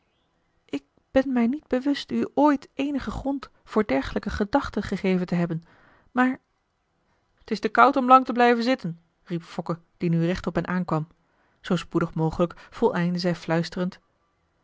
ik ben mij niet bewust u ooit eenigen grond voor dergelijke gedachten gegeven te hebben maar marcellus emants een drietal novellen t is te koud om lang te blijven zitten riep fokke die nu recht op hen aankwam zoo spoedig mogelijk voleindde zij fluisterend